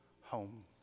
home